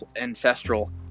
ancestral